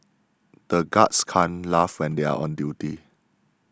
the guards can't laugh when they are on duty